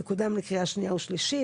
ויקודם לקריאה שניה ושלישית,